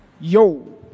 yo